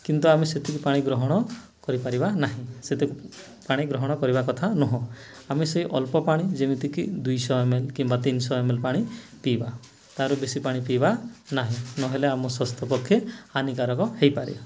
କିନ୍ତୁ ଆମେ ସେତିକି ପାଣି ଗ୍ରହଣ କରିପାରିବା ନାହିଁ ସେତିକି ପାଣି ଗ୍ରହଣ କରିବା କଥା ନୁହେଁ ଆମେ ସେଇ ଅଳ୍ପ ପାଣି ଯେମିତିକି ଦୁଇଶହ ଏମ ଏଲ କିମ୍ବା ତିନିଶହ ଏମ ଏଲ୍ ପାଣି ପିଇବା ତାଠୁ ବେଶୀ ପାଣି ପିଇବା ନାହିଁ ନହେଲେ ଆମ ସ୍ୱାସ୍ଥ୍ୟ ପକ୍ଷେ ହାନିକାରକ ହୋଇପାରିବ